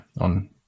on